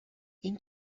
این